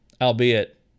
albeit